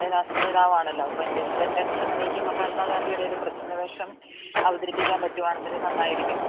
രാഷ്ട്രപിതാവാണല്ലോ അപ്പോള് ഇൻഡിപെൻഡൻസ് ഡേയ്ക്ക് മഹാത്മാ ഗാന്ധിയുടൊരു പ്രച്ഛന്നവേഷം അവതരിപ്പിക്കാന് പറ്റുവാണെങ്കിലും നന്നായിരിക്കും